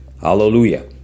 Hallelujah